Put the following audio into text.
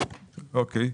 בסדר.